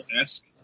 esque